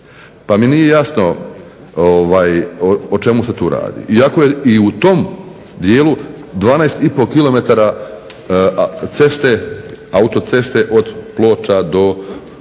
pa mi nije jasno o čemu se tu radi. Iako je i u tom dijelu 12 i po kilometara ceste, autoceste od Ploča